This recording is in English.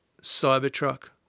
Cybertruck